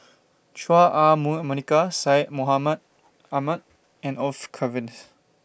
Chua Ah Huwa Monica Syed Mohamed Ahmed and Orfeur Cavenagh